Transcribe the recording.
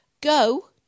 go